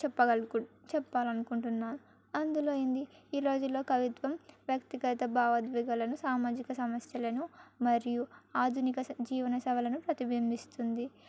చెప్పగలు చెప్పాలి అనుకుంటున్నాను అందులో ఏంది ఈ రోజులలో కవిత్వం వ్యక్తిగత భావోద్వేగాలను సామాజిక సమస్యలను మరియు ఆధునిక జీవన సేవలను ప్రతిబింబిస్తుంది